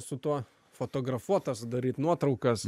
su tuo fotografuot tas daryt nuotraukas